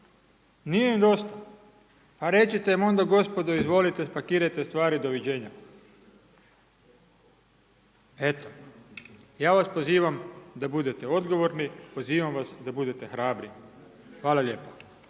nije im dosta. A recite im onda gospodo, izvolite, spakirajte stvari doviđenja. Eto. Ja vas pozivam da budete odgovorni, pozivam vas da budete hrabri. Hvala lijepa.